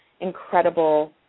incredible